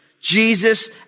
Jesus